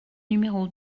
numéro